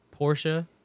Porsche